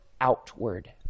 outward